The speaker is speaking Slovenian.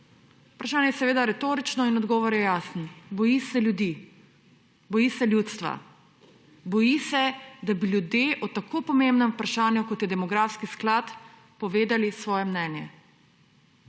Vprašanje je seveda retorično in odgovor je jasen – boji se ljudi, boji se ljudstva. Boji se, da bi ljudje o tako pomembnem vprašanju, kot je demografski sklad, povedali svoje mnenje.